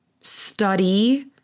study